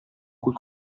cui